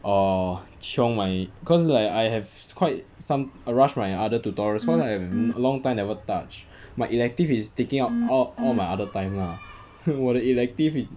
or chiong my cause like I have quite some I rush my other tutorials cause I long time never touch my elective is taking up all all my other time lah 我的 elective is